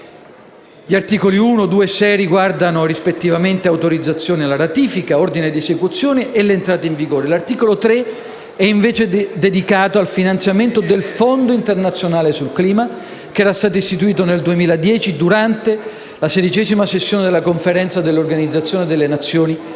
Gli articoli 1, 2 e 6 riguardano rispettivamente l'autorizzazione alla ratifica, l'ordine di esecuzione e l'entrata in vigore. L'articolo 3 è invece dedicato al finanziamento del fondo internazionale sul clima, istituito nel 2010 durante la sedicesima sessione della Conferenza delle Parti della Convenzione